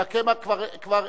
רק אני כיושב-ראש,